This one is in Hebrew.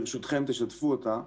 ברשותכם, תשתפו אותה.